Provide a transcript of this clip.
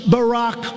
Barack